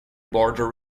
border